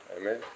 Amen